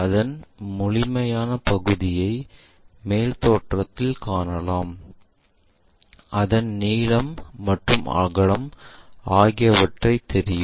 அதன் முழுமையான பகுதியை மேல் தோற்றத்தில் காணலாம் அதன் நீளம் மற்றும் அகலம் ஆகியவை தெரியும்